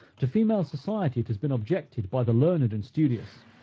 to female society it has been objected by the learned and studious,